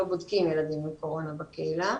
לא בודקים ילדים עם קורונה בקהילה.